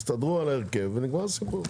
אתם תסדרו על ההרכב ונגמור את הסיפור.